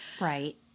Right